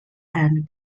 and